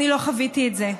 אני לא חוויתי את זה.